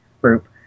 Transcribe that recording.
group